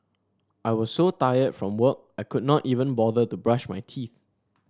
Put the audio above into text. I was so tired from work I could not even bother to brush my teeth